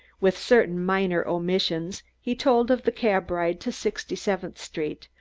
with certain minor omissions he told of the cab ride to sixty-seventh street,